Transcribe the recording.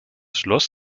schloss